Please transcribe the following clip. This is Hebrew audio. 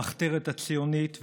על אודות המחתרת הציונית,